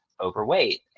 overweight